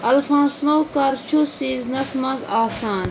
الفانسنو کر چھُ سیٖزنَس منٛز آسان